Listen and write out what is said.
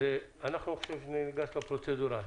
אז אנחנו ניגש לפרוצדורה.